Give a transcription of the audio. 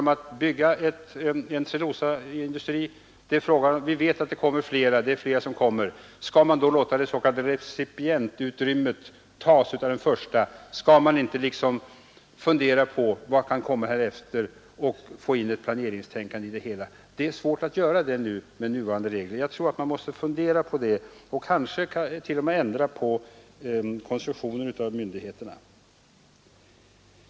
Om man vet att det finns önskemål om förläggning av flera ytterligare industrier i anslutning till denna älv, skall man då låta hela det s.k. recipientutrymmet tas i anspråk redan av den första industrin? Skall man inte försöka tillämpa ett planeringstänkande i ett sådant sammanhang? Det är svårt att göra det med nuvarande regler. Det är något som måste övervägas, och kanske bör t.o.m. de berörda myndigheternas struktur ändras i detta sammanhang.